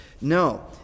No